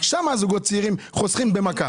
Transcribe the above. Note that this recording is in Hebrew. שם הזוגות הצעירים חוסכים במכה.